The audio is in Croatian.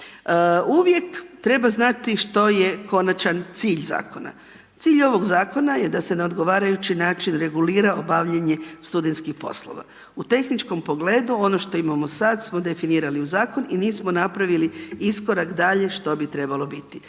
Uvijek treba znati što je konačan cilj ovog zakona. Cilj ovog zakona je da se na odgovarajući način regulira obavljanje studentskih poslova. U tehničkom pogledu, ono što imamo sad smo definirali u zakon i nismo napravili iskorak dalje što bi trebalo biti.